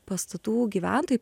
pastatų gyventojai